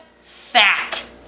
fat